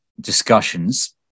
discussions